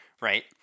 right